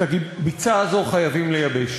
את הביצה הזאת חייבים לייבש.